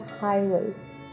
highways